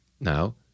Now